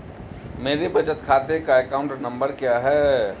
मेरे बचत खाते का अकाउंट नंबर क्या है?